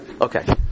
Okay